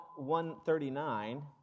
139